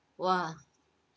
!wah!